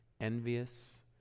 envious